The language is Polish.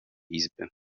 izby